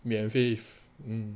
免费 mm